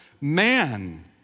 man